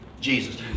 Jesus